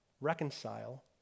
reconcile